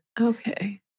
Okay